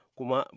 Kuma